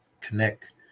connect